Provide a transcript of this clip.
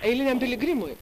eiliniam piligrimui